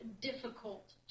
difficult